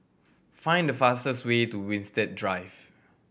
find the fastest way to Winstedt Drive